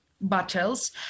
battles